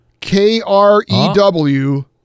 K-R-E-W